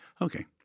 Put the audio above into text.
Okay